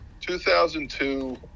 2002